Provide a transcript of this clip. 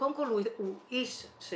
קודם כל הוא איש ---.